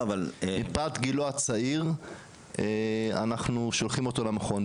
"מפאת גילו הצעיר אנחנו שולחים אותו למכון",